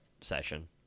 session